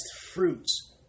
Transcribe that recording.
fruits